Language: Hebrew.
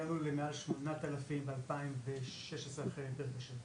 הגענו למעל 8,000 ב-2016 אחרי 'היפר כשר'.